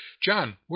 john